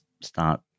start